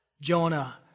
Jonah